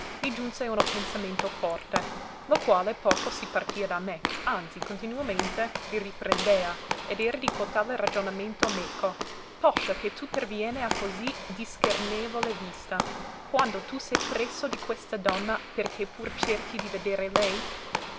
mi giunse uno pensamento forte lo quale poco si partìa da me anzi continuamente mi riprendea ed era di cotale ragionamento meco poscia che tu perviene a così dischernevole vista quando tu se presso di questa donna perché pur cerchi di vedere lei